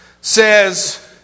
says